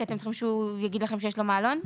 כי אתם צריכים שהוא יגיד לכם שיש לו מעלון?